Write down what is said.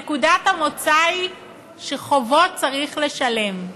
נקודת המוצא היא שחובות צריך לשלם,